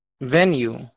venue